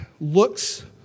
looks